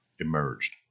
emerged